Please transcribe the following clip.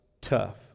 tough